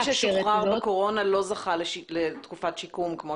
מי ששוחרר בתקופת הקורונה לא זכה לתקופת שיקום כמו